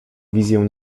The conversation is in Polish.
wizję